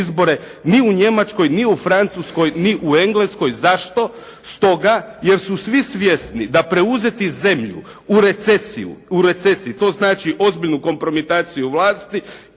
izbore ni u Njemačkoj, ni u Francuskoj ni u Engleskoj. Zašto? Stoga jer su svi svjesni da preuzeti zemlju u recesiji, to znači ozbiljnu kompromitaciju vlasti.